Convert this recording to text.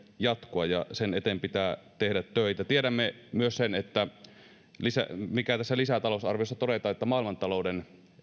jatkua ja sen eteen pitää tehdä töitä tiedämme myös sen mikä tässä lisätalousarviossa todetaan että maailmantalouden